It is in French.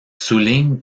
soulignent